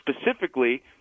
specifically